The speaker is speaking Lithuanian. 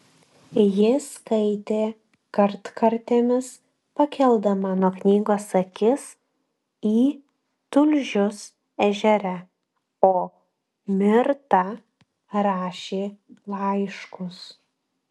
ji skaitė kartkartėmis pakeldama nuo knygos akis į tulžius ežere o mirta rašė laiškus